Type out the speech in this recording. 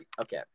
Okay